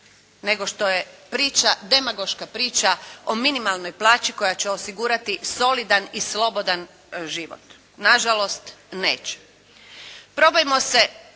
nego što je demagoška priča o minimalnoj plaći koja će osigurati solidan i slobodan život. Nažalost, neće. Probajmo se,